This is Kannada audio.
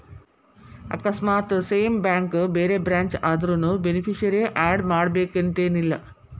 ಆಕಸ್ಮಾತ್ ಸೇಮ್ ಬ್ಯಾಂಕ್ ಬ್ಯಾರೆ ಬ್ರ್ಯಾಂಚ್ ಆದ್ರುನೂ ಬೆನಿಫಿಸಿಯರಿ ಆಡ್ ಮಾಡಬೇಕನ್ತೆನಿಲ್ಲಾ